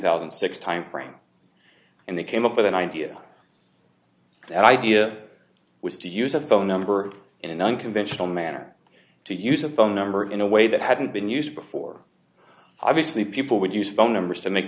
thousand and six timeframe and they came up with an idea that idea was to use a phone number in an unconventional manner to use a phone number in a way that hadn't been used before obviously people would use phone numbers to make